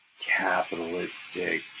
capitalistic